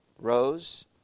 rose